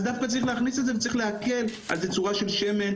אז דווקא צריך להכניס את זה וצריך להקל אם זה בצורה של שמן,